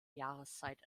jahreszeit